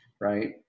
right